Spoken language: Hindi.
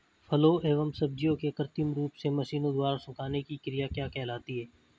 फलों एवं सब्जियों के कृत्रिम रूप से मशीनों द्वारा सुखाने की क्रिया क्या कहलाती है?